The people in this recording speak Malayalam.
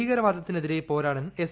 ഭീകരവാദത്തിനെതിരെ പോരാടാൻ എസ്